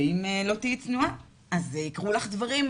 שאם לא תהיי צנועה אז יקרו לך דברים,